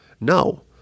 No